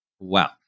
wow